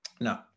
No